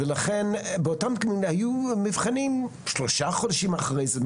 ולכן באותם ימים היו מבחנים שלושה חודשים אחרי זה,